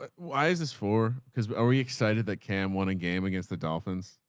ah why is this for cause are we excited that cam won a game against the dolphins?